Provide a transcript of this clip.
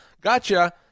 gotcha